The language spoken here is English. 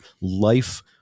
life